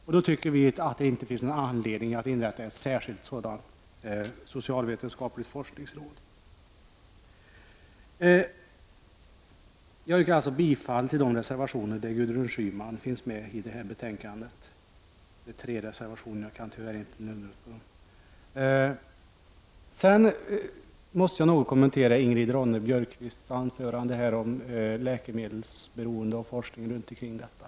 Därför tycker vi inte att det behöver inrättas ett särskilt socialvetenskapligt forskningsråd. Jag ber att få yrka bifall till de reservationer där Gudrun Schyman finns med. Sedan måste jag något kommentera Ingrid Ronne-Björkqvists anförande om läkemedelsberoende och forskningen kring detta.